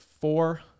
four